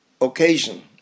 occasion